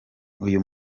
uyu